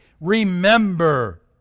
remember